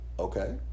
okay